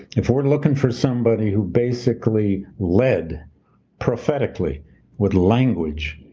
if we're looking for somebody who basically led prophetically with language,